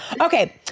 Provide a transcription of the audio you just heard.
Okay